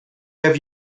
have